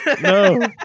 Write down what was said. No